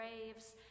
graves